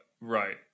right